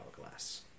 hourglass